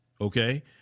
Okay